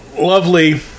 lovely